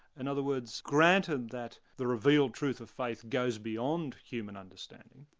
and other words, granted that the revealed truth of faith goes beyond human understanding,